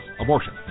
abortion